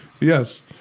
Yes